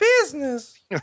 business